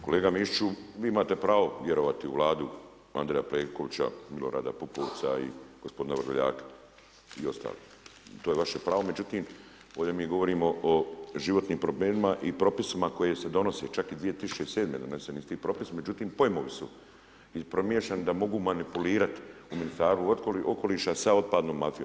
Kolega Mišiću, vii mate pravo vjerovati u Vladu Andreja Plenkovića, Milorada Pupovca i gospodina Vrdoljaka i ostalih i to je vaše pravo međutim, ovdje mi govorimo o životnim problemima i propisima koji se donose, čak i 2007. su donesi ti propisi međutim pojmovi su promiješani da mogu manipulirati u Ministarstvu okoliša sa otpadnom mafijom.